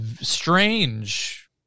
strange